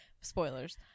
Spoilers